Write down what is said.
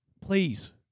Please